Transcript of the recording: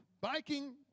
biking